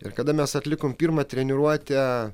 ir kada mes atlikome pirmą treniruotę